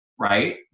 right